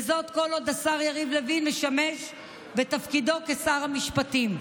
וזאת כל עוד השר יריב לוין משמש בתפקידו כשר המשפטים.